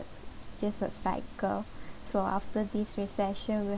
just a cycle so after this recession we'll